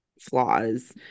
flaws